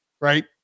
right